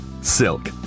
Silk